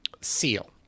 Seal